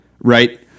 Right